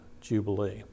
jubilee